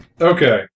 Okay